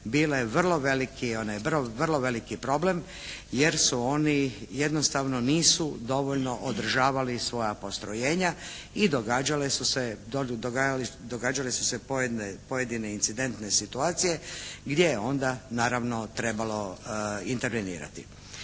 bile vrlo veliki problem jer su oni jednostavno nisu dovoljno održavali svoja postrojenja i događale su se pojedine incidentne situacije gdje je onda naravno trebalo intervenirati.